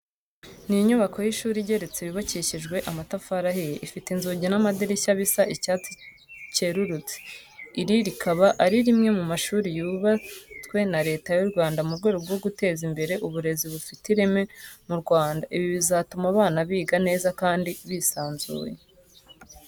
Ni inyubako y'ishuri igeretse yubakishijwe amatafari ahiye, ifite inzugi n'amadirishya bisa icyatsi cyerurutse. Iri rikaba ari rimwe mu mashuri yubatwe na Leta y'u Rwanda mu rwego rwo guteza imbere uburezi bufite ireme mu Rwanda. Ibi bizatuma abana biga neza kandi bisanzuye.